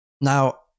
Now